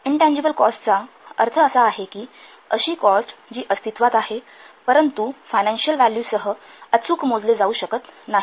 intangible कॉस्टचा अर्थ असा आहे की अशी कॉस्ट जी अस्तित्वात आहेपरंतु फायनान्शिअल व्हॅल्यू सह अचूक मोजले जाऊ शकत नाही